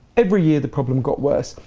every year the problem got worse.